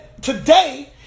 today